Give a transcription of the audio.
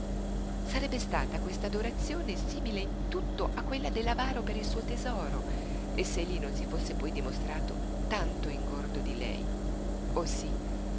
sarebbe stata quest'adorazione simile in tutto a quella dell'avaro per il suo tesoro se egli non si fosse poi dimostrato tanto ingordo di lei oh sí